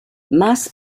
más